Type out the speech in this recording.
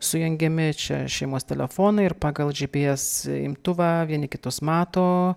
sujungiami čia šeimos telefonai ir pagal gps imtuvą vieni kitus mato